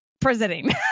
presenting